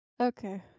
Okay